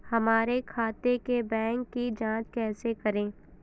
हमारे खाते के बैंक की जाँच कैसे करें?